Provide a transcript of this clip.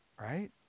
Right